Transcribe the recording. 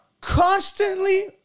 constantly